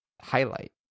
highlight